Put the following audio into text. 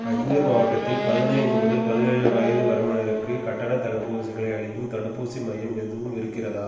அஜ்மீர் மாவட்டத்தில் பதினைந்து முதல் பதினேழு வயது வரம்பினருக்கு கட்டணத் தடுப்பூசிகளை அளிக்கும் தடுப்பூசி மையம் எதுவும் இருக்கிறதா